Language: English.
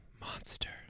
monster